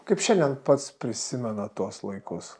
kaip šiandien pats prisimenat tuos laikus